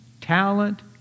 talent